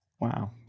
Wow